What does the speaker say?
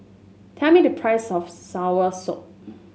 tell me the price of soursop